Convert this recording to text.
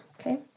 okay